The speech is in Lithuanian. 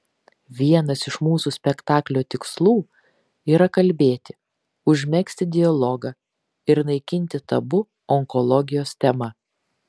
vienas iš mūsų spektaklio tikslų yra kalbėti užmegzti dialogą ir naikinti tabu onkologijos tema